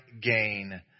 gain